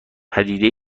پدیده